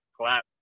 Clap